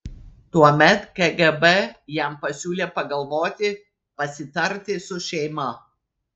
tuomet kgb jam pasiūlė pagalvoti pasitarti su šeima